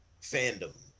fandom